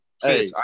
Hey